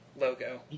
logo